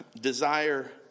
desire